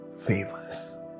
favors